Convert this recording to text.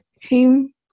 came